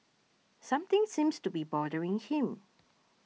something seems to be bothering him